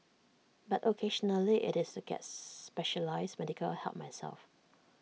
but occasionally IT is to get specialised medical help myself